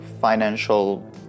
financial